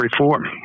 reform